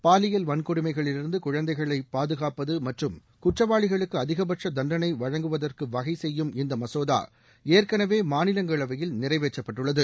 பாலியல் வன்கொடுமைகளிலிருந்து குழந்தைகளை பாதுகாப்பது மற்றும் குற்றவாளிகளுக்கு அதிகபட்ச தண்டளை வழங்குவதற்கு வகைசெய்யும்பான இந்த மசோதா ஏற்கனவே மாநிலங்களவையில் நிறைவேற்றப்பட்டுள்ளது